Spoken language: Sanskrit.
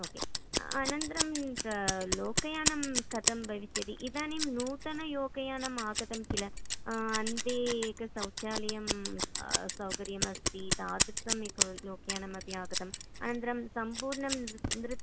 ओक् अनन्तरं लोकयानं कथं भविष्यति इदानीं नूतनलोकयानम् आगतं किल अन्ते एक शौचालयं सौकर्यमस्ति तादृशम् एकं लोकयानमपि आगतम् अनन्तरं सम्पूर्णं नृ नृ